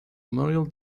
memorial